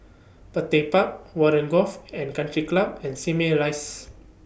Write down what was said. Petir Park Warren Golf and Country Club and Simei Rise